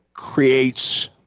Creates